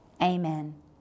Amen